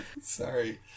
sorry